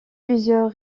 plusieurs